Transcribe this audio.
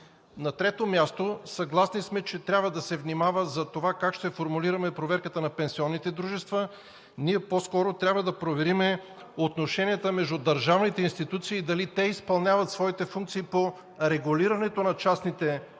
На трето място, съгласни сме, че трябва да се внимава за това как ще формулираме проверката на пенсионните дружества. Ние по скоро трябва да проверим отношенията между държавните институции и дали те изпълняват своите функции по регулирането на частните пенсионни